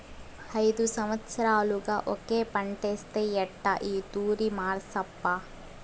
ఐదు సంవత్సరాలుగా ఒకే పంటేస్తే ఎట్టా ఈ తూరి మార్సప్పా